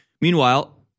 Meanwhile